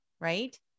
right